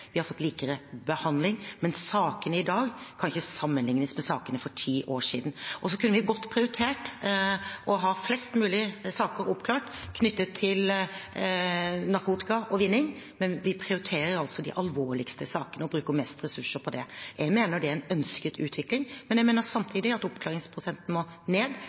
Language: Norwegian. vi har fått likere behandling, men sakene i dag kan ikke sammenlignes med sakene for ti år siden. Så kunne vi godt prioritert å oppklare flest mulig saker knyttet til narkotika og vinning, men vi prioriterer altså de alvorligste sakene og bruker mest ressurser på det. Jeg mener det er en ønsket utvikling. Men jeg mener samtidig at oppklaringsprosenten må ned,